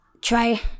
try